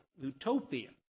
utopian